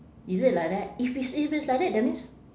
is it like that if it's if it's like that that means